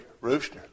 rooster